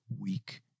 weak